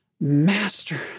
Master